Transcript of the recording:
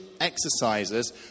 exercises